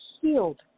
healed